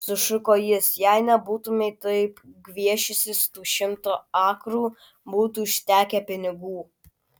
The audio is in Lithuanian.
sušuko jis jei nebūtumei taip gviešęsis tų šimto akrų būtų užtekę pinigų